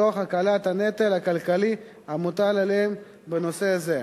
תוך הקלת הנטל הכלכלי המוטל עליהם בנושא זה.